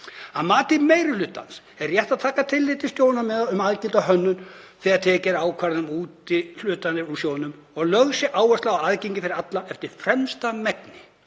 Að mati meiri hlutans er rétt að taka tillit til sjónarmiða um algilda hönnun þegar teknar eru ákvarðanir um úthlutanir úr sjóðnum og að lögð sé áhersla á aðgengi fyrir alla eftir fremsta megni.